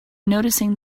noticing